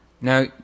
Now